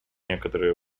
некоторые